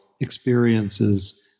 experiences